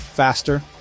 Faster